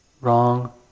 wrong